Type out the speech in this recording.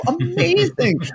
amazing